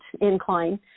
incline